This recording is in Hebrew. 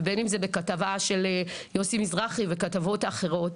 ובין אם זה בכתבה של יוסי מזרחי וכתבות אחרות,